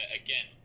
again